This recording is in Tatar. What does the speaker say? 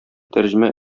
тәрҗемә